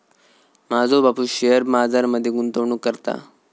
माझो बापूस शेअर बाजार मध्ये गुंतवणूक करता